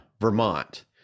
Vermont